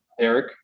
Eric